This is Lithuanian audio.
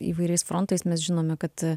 įvairiais frontais mes žinome kad